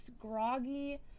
groggy